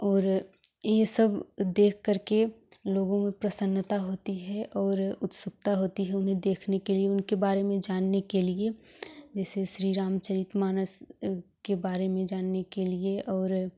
और यह सब देखकर के लोगों में प्रसन्नता होती है और उत्सुकता होती है उन्हें देखने के लिए उनके बारे में जानने के लिए जैसे श्री राम चरित्र मानस के बारे में जानने के लिए और